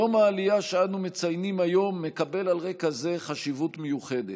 יום העלייה שאנו מציינים היום מקבל על רקע זה חשיבות מיוחדת.